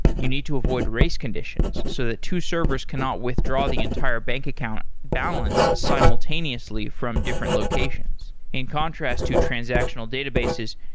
you need to avoid race conditions so that two servers cannot withdraw the entire back account balance simultaneously from different locations. in contrast to transactional databases,